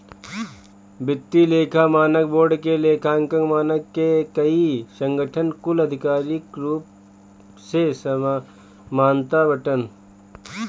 वित्तीय लेखा मानक बोर्ड के लेखांकन मानक के कई संगठन कुल आधिकारिक रूप से मानत बाटन